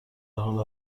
حال